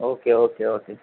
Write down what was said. okay okay okay